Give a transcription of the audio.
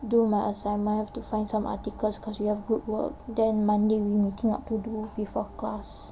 do my assignment I have to find some articles because we have group work and then monday we need to think what to do before class